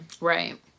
Right